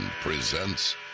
presents